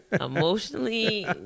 emotionally